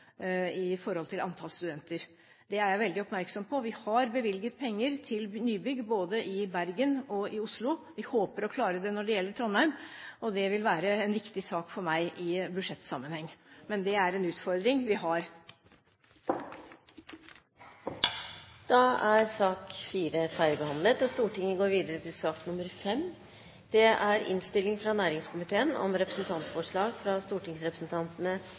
i forhold til antall studenter. Det er jeg veldig oppmerksom på. Vi har bevilget penger til nybygg både i Bergen og i Oslo. Vi håper å klare det når det gjelder Trondheim. Det vil være en viktig sak for meg i budsjettsammenheng, men det er en utfordring vi har. Da er sak nr. 4 ferdigbehandlet. Etter ønske fra næringskomiteen vil presidenten foreslå at taletiden begrenses til